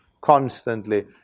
constantly